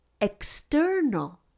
external